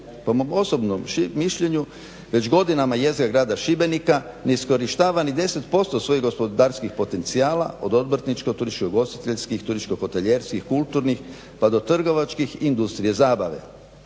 Po mom osobnom mišljenju već godinama jezgra grada Šibenika ne iskorištava 10% svojih gospodarskih potencijala od obrtničko, turističko ugostiteljskih, turističko hotelijerskih, kulturnih pa do trgovačkih i industrije zabave.